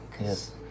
Yes